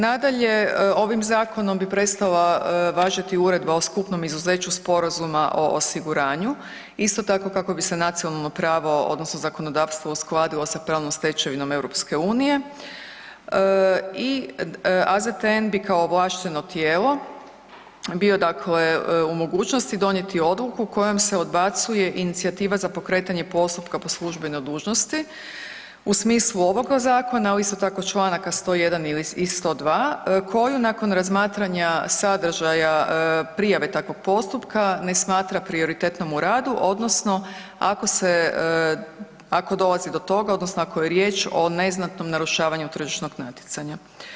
Nadalje, ovim zakonom bi prestala važiti uredba o skupnom izuzeću sporazuma o osiguranju, isto tako kako bi se nacionalno pravo odnosno zakonodavstvo uskladilo sa pravnom stečevinom EU-a i AZTN bi kao ovlašteno tijelo bio dakle u mogućnosti donijeti odluku kojom se odbacuje inicijativa za pokretanje postupka po službenoj dužnosti u smislu ovoga zakona ali isto tako čl. 101. i 102. koju nakon razmatranja sadržaja prijave takvog postupka, ne smatra prioritetnom u radu odnosno ako dolazi do toga odnosno ako je riječ o neznatnom narušavanju tržišnog natjecanja.